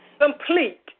Complete